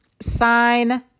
sign